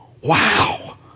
Wow